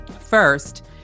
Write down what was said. First